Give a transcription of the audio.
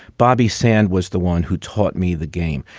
bobby sand was the one who taught me the game.